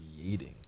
creating